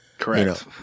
Correct